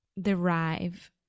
derive